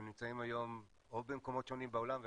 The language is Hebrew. הם נמצאים היום או במקומות שונים בעולם,